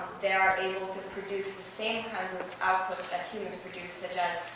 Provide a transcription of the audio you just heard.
they are able to produce the same kinds of outputs that humans produce such as,